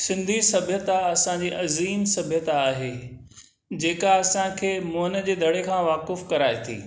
सिंधी सभ्यता असांजी अज़ीम सभ्यता आहे जेका असांखे मुअन जे दड़े खां वाक़ुफ़ु कराए थी